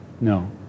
No